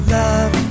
love